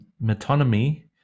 metonymy